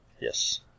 Yes